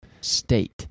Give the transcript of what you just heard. state